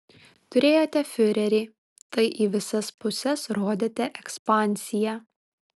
turėjote fiurerį tai į visas puses rodėte ekspansiją